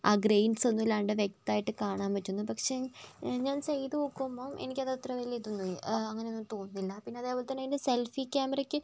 ആ ഗ്രൈൻസ് ഒന്നുമില്ലാണ്ട് വ്യക്തമായിട്ട് കാണാൻ പറ്റുന്ന് പക്ഷേ ഞാൻ ചെയ്തു നോക്കുമ്പം എനിക്കത് അത്ര വലിയ ഇതൊന്നും അങ്ങനൊന്നും തോന്നുന്നില്ല പിന്നതെപ്പോലെ തന്നെ ഇതിൻ്റെ സെൽഫി ക്യാമറക്ക്